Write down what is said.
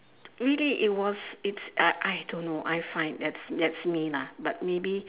really it was it's uh I don't know I find that's that's me lah but maybe